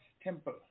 temple